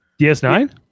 DS9